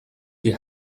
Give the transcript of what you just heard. die